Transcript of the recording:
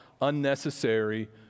unnecessary